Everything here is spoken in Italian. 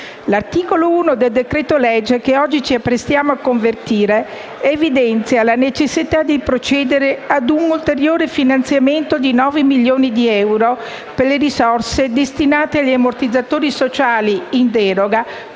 L'articolo 1 del decreto-legge che oggi ci apprestiamo a convertire evidenzia la necessità di procedere a un ulteriore finanziamento di 9 milioni di euro per le risorse destinate agli ammortizzatori sociali in deroga